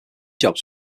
jobs